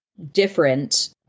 different